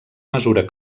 mesura